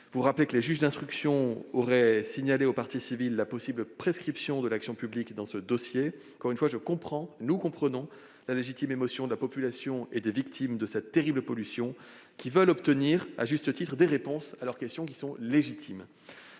rogatoire. Les juges d'instruction auraient signalé aux parties civiles la possible prescription de l'action publique dans ce dossier. Je le répète, nous comprenons la légitime émotion de la population et des victimes de cette terrible pollution, qui veulent obtenir, à juste titre, des réponses à leurs questions légitimes.